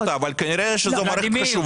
אני לא ראיתי אותה אבל כנראה שזאת מערכת חשובה.